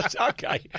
Okay